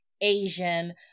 Asian